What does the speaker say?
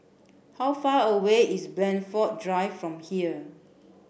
how far away is Blandford Drive from here